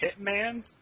hitman